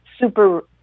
super